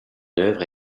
œuvre